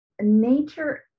nature